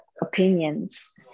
opinions